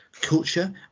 culture